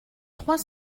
trois